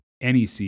NEC